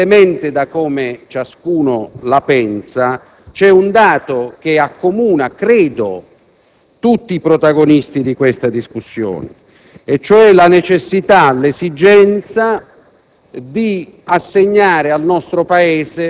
nelle quali, indipendentemente dai punti di vista, vi è un dato che accomuna, credo, tutti i protagonisti di tale discussione, e cioè la necessità e l'esigenza